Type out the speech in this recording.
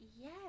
yes